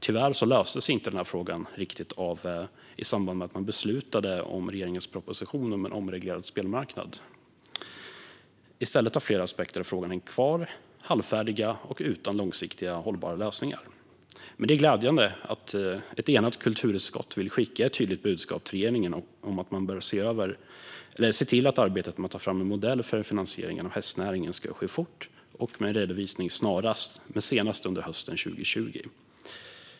Tyvärr löstes inte frågan riktigt i samband med att riksdagen beslutade om regeringens proposition om en omreglerad spelmarknad. I stället har flera aspekter av frågan hängt kvar halvfärdiga och utan långsiktigt hållbara lösningar. Det är glädjande att ett enat kulturutskott vill skicka ett tydligt budskap till regeringen om att man bör se till att arbetet med att ta fram en modell för finansieringen av hästnäringen ska ske fort och med en redovisning snarast och senast under hösten 2020.